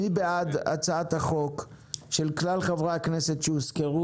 מי בעד הצעת החוק של כלל חברי הכנסת שהוזכרו,